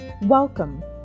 welcome